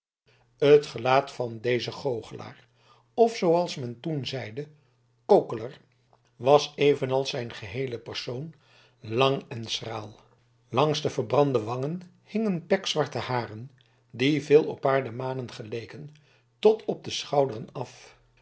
het gelaat van dezen goochelaar of zooals men toen zeide kokeler was evenals zijn geheele persoon lang en schraal langs de verbrande wangen hingen pekzwarte haren die veel op paardemanen geleken tot op de schouderen af